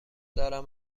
دارم